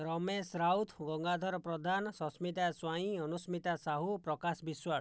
Ramesh Raut Gangadhar Pradhan Sasmita Swain Anusmita Sahu Prakash Biswal